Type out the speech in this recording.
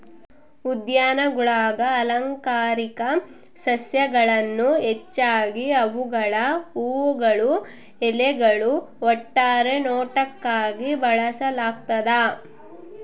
ಉದ್ಯಾನಗುಳಾಗ ಅಲಂಕಾರಿಕ ಸಸ್ಯಗಳನ್ನು ಹೆಚ್ಚಾಗಿ ಅವುಗಳ ಹೂವುಗಳು ಎಲೆಗಳು ಒಟ್ಟಾರೆ ನೋಟಕ್ಕಾಗಿ ಬೆಳೆಸಲಾಗ್ತದ